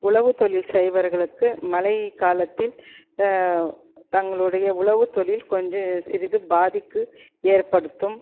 உழவு தொழில் செய்பவர்களுக்கு மழை காலத்தில் தங்களுடைய உழவு தொழில் கொஞ்சம் சிறிது பாதிக்கு ஏற்படுத்தும்